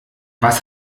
was